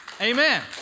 amen